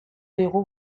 digu